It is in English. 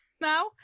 now